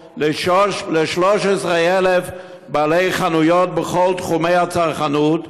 ל-13,000 בעלי חנויות בכל תחומי הצרכנות,